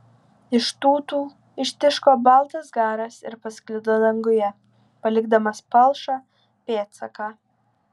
iš tūtų ištiško baltas garas ir pasklido danguje palikdamas palšą pėdsaką